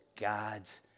God's